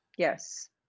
Yes